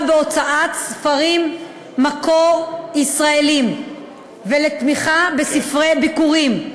בהוצאת ספרי מקור ישראליים ולתמיכה בספרי ביכורים.